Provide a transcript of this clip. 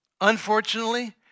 Unfortunately